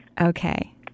Okay